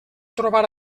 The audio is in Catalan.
trobar